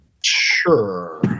Sure